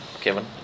Kevin